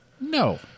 No